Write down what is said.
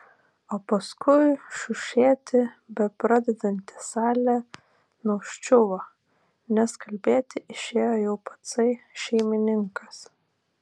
o paskui šiušėti bepradedanti salė nuščiuvo nes kalbėti išėjo jau patsai šeimininkas